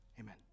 Amen